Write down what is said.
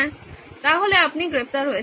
তাহলে আপনি গ্রেপ্তার হয়েছেন